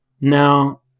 Now